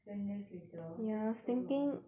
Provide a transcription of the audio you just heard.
ten years later that's so long